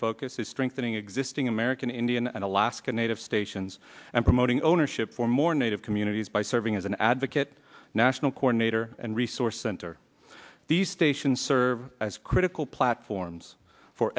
focus is strengthening existing american indian and alaska native stations and promoting ownership for more native communities by serving as an advocate national coordinator and resource center the station serves as critical platforms for